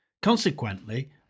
Consequently